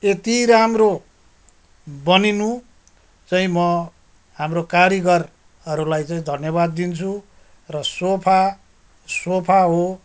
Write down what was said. यति राम्रो बनिनु चाहिँ म हाम्रो कारिगरहरूलाई चाहिँ धन्यवाद दिन्छु र सोफा सोफा हो